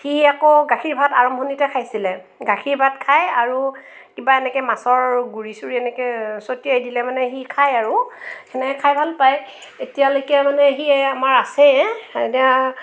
সি আকৌ গাখীৰ ভাত আৰম্ভণিতে খাইছিলে গাখীৰ ভাত খায় আৰু কিবা এনেকৈ মাছৰ গুৰি চুৰি এনেকে চটিয়াই দিলে মানে সি খাই আৰু সেনে খাই ভাল পায় এতিয়ালৈকে মানে সি এই আমাৰ আছে এতিয়া